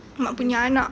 mak punya anak